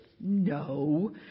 no